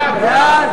36 בעד,